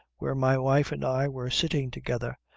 where my wife and i were sitting together,